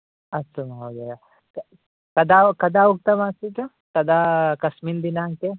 अस्तु महोदय कदा कदा उक्तम् आसीत् कदा कस्मिन् दिनाङ्के